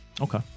Okay